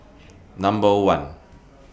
Number one